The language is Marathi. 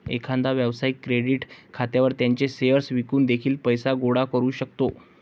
एखादा व्यवसाय क्रेडिट खात्यावर त्याचे शेअर्स विकून देखील पैसे गोळा करू शकतो